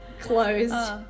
closed